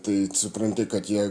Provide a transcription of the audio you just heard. tai supranti kad jie